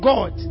God